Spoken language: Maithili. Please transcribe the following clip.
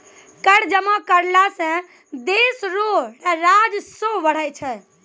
कर जमा करला सं देस रो राजस्व बढ़ै छै